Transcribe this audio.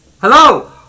hello